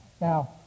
Now